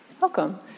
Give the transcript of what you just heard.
Welcome